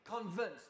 convinced